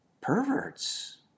perverts